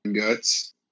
Guts